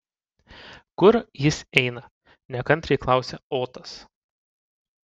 kur jis eina nekantriai klausia otas